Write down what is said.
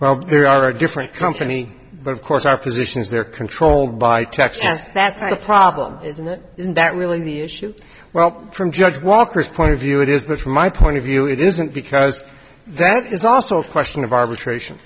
well there are different company but of course our positions they're controlled by text and that's the problem isn't it that really the issue well from judge walker's point of view it is but from my point of view it isn't because that is also a question of arbitration